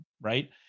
right